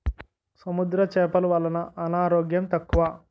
సముద్ర చేపలు వలన అనారోగ్యం తక్కువ